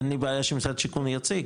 אין לי בעיה שמשרד השיכון יציג,